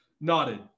nodded